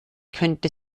könnte